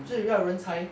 至于要人才